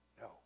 No